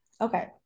Okay